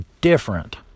different